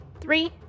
three